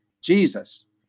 Jesus